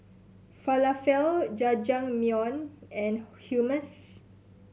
Falafel Jajangmyeon and Hummus